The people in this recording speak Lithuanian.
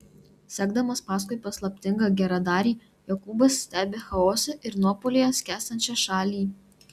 sekdamas paskui paslaptingą geradarį jokūbas stebi chaose ir nuopuolyje skęstančią šalį